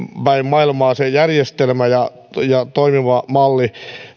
päin maailmaa se järjestelmä ja toimiva malli